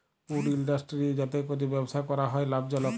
would industry যাতে ক্যরে ব্যবসা ক্যরা হ্যয় লাভজলক